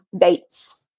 dates